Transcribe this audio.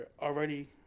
already